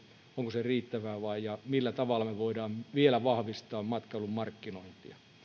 onko se riittävää ja millä tavalla me voimme vielä vahvistaa matkailun markkinointia todellakin